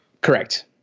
Correct